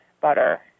butter